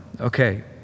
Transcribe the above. Okay